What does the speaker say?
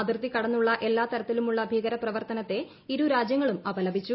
അതിർത്തി കടന്നുള്ള എല്ലാതരത്തി ലുമുള്ള ഭീകരപ്രവർത്തനത്തെ ഇരുരാജ്യങ്ങളും അപലപിച്ചു